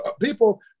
people